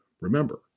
Remember